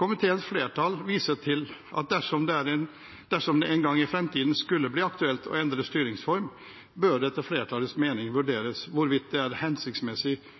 Komiteens flertall viser til at dersom det en gang i fremtiden skulle bli aktuelt å endre styringsform, bør det etter flertallets mening vurderes hvorvidt det er hensiktsmessig